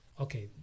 Okay